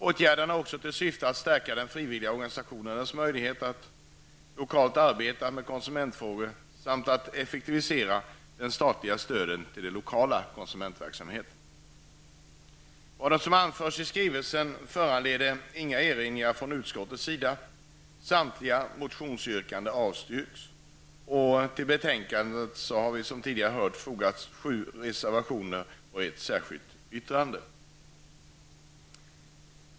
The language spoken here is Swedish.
Åtgärderna har också till syfte att stärka frivilliga organisationers möjligheter att lokalt arbeta med konsumentfrågor samt att effektivisera det statliga stödet till den lokala konsumentverksamheten. Vad som har anförts i skrivelsen föranleder inga erinringar från utskottets sida. Samtliga motionsyrkanden avstyrks. Till betänkandet har fogats sju reservationer och ett särskilt yttrande.